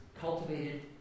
cultivated